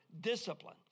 discipline